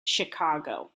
chicago